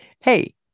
Hey